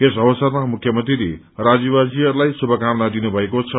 यस अवसरामा मुख्य मंत्रीले राज्य वासीहरूलाई शुभकामना दिनु भएको छ